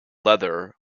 leather